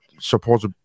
supposed